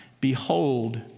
behold